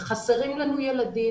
וחסרים לנו ילדים.